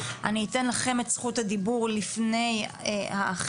אני אתן לכם את זכות הדיבור לפני האחרים.